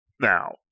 now